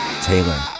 Taylor